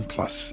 Plus